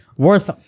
worth